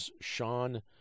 Sean